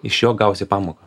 iš jo gausi pamoką